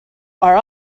are